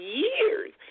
years